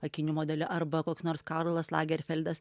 akinių modelį arba koks nors karlas lagerfeldas